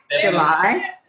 July